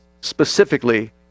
specifically